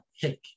pick